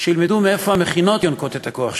שילמדו מאיפה המכינות יונקות את הכוח שלהן,